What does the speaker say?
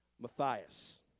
Matthias